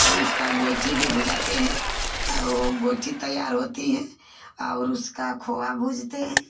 तो उसका गोइठी भी हो जाती है और वह गोइठी तैयार होती है और उसका खोआ भूँजते हैं